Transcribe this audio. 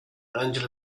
angela